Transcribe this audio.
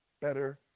better